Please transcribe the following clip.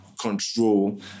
control